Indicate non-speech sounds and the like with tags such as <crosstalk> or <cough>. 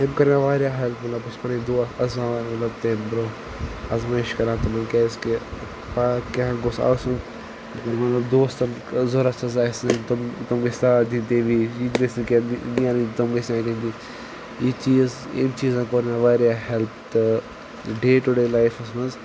امہِ کٔر مےٚ واریاہ ہٮ۪لٕپ مطلب بہٕ چھُس پَنٕنۍ دوس اَزماوان مطلب تمہِ برونٛہہ اَزمٲیِش کَران تِمَن کیٛازِکہِ پگاہ کینٛہہ گوٚژھ آسُن ییٚلہِ مطلب دوستَن ضوٚرَتھ چھےٚ آسان اَسہِ نِش تٕم تٕم گٔژھ ساتھ دِنۍ تیٚمہِ وِز یہِ تہِ گٔژھ نہٕ کینٛہہ نیرٕنۍ تٕم گٔژھ <unintelligible> یہِ چیٖز ییٚمہِ چیٖزَن کوٚر مےٚ واریاہ ہٮ۪لٕپ تہٕ ڈے ٹُہ ڈے لایفَس منٛز